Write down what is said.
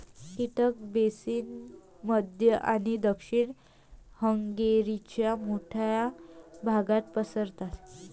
कीटक बेसिन मध्य आणि दक्षिण हंगेरीच्या मोठ्या भागात पसरतात